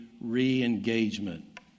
re-engagement